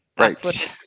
Right